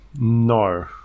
no